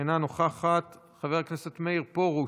אינה נוכחת, חבר הכנסת מאיר פרוש,